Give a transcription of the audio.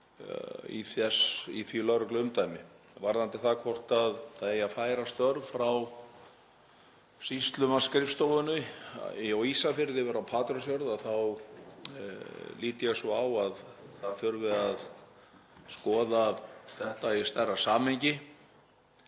í því lögregluumdæmi. Varðandi það hvort færa eigi störf frá sýslumannsskrifstofunni á Ísafirði yfir á Patreksfjörð þá lít ég svo á að það þurfi að skoða þetta í stærra samhengi.